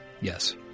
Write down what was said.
Yes